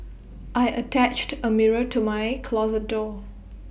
I attached A mirror to my closet door